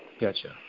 Gotcha